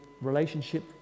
relationship